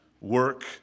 Work